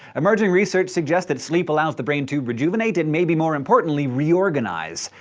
emerging research suggests that sleep allows the brain to rejuvenate and maybe, more importantly, reorganize.